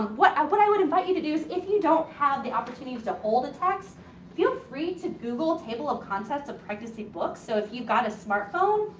what um what i would invite you to do is if you don't have the opportunities to hold the text feel free to google table of contents of pregnancy books. so, if you've got a smart phone,